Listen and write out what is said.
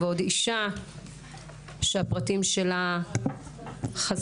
ועוד אישה שהפרטים שלה חסויים.